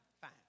fine